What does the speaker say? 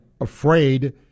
afraid